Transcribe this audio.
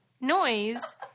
noise